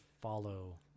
follow